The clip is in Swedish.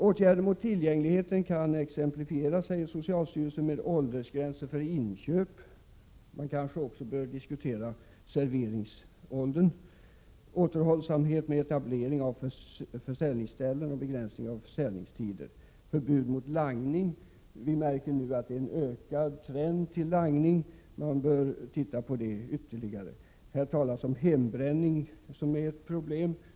Åtgärderna mot tillgängligheten kan exemplifieras, säger socialstyrelsen, med sänkningen av åldersgränsen för inköp. Man kanske också bör diskutera 23 åldern för servering på restaurang. Andra åtgärder är återhållsamhet med etablering av försäljningsställen och begränsning av öppethållandetider. Vidare talas det om förbud mot langning. Vi märker nu en ökad tendens till langning. Den saken bör ytterligare undersökas. Det har här även talats om hembränningen, som är ett problem.